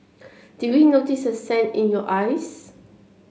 did we notice the sand in your eyes